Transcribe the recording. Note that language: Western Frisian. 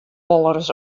wolris